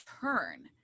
turn